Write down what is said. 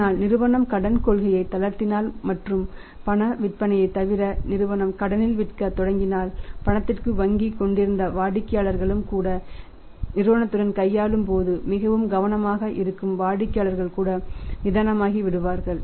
ஆனால் நிறுவனம் கடன் கொள்கையை தளர்த்தினால் மற்றும் பண விற்பனையைத் தவிர நிறுவனம் கடனில் விற்கத் தொடங்கினால் பணத்திற்கு வாங்கிக் கொண்டிருந்த வாடிக்கையாளர்களும் கூட நிறுவனத்துடன் கையாளும் போது மிகவும் கவனமாக இருக்கும் வாடிக்கையாளர்களும் கூட நிதானமாகிவிடுவார்கள்